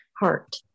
heart